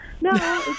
No